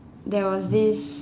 there was this